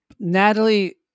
Natalie